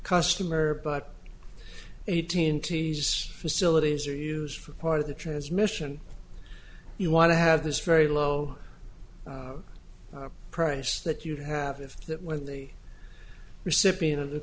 customer but eighteen keys facilities are used for part of the transmission you want to have this very low price that you have is that when the recipient of the